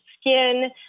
skin